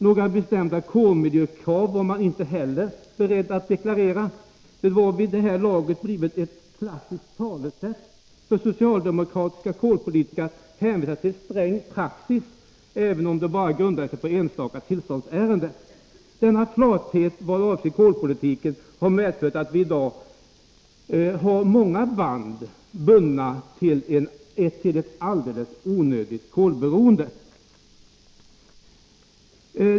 Några bestämda kolmiljökrav var man inte heller beredd att deklarera. Det har vid det här laget blivit ett klassiskt talesätt bland socialdemokratiska kolpolitiker att hänvisa till ”sträng praxis”, även om den bara grundar sig på enstaka tillståndsärenden. Denna flathet vad avser kolpolitiken har medfört att vi i dag med många band är bundna till ett alldeles onödigt kolberoende.